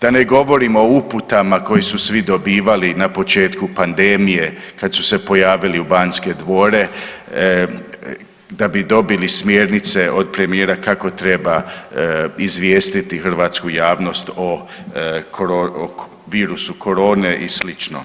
Da ne govorim o uputama koje su svi dobivali na početku pandemije kad su se pojavili u Banske dvore da bi dobili smjernice od premijera kako treba izvijestiti hrvatsku javnost o virusu korone i slično.